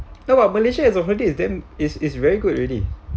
no what malaysia has already is the is is very good already